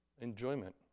enjoyment